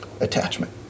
attachment